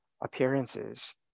appearances